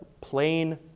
plain